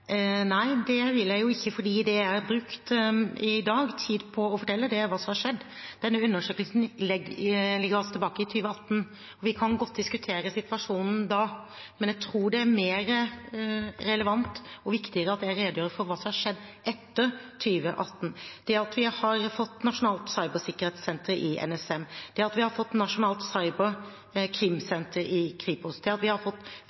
Nei, det vil jeg jo ikke, fordi det jeg i dag har brukt tid på å fortelle, er hva som har skjedd. Denne undersøkelsen går altså tilbake til 2018, og vi kan godt diskutere situasjonen da, men jeg tror det er mer relevant og viktigere at jeg redegjør for hva som har skjedd etter 2018: det at vi har fått Nasjonalt cybersikkerhetssenter i NSM, det at vi har fått Nasjonalt cyberkrimsenter i Kripos, det at vi har fått